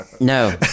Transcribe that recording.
No